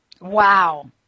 Wow